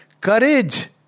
Courage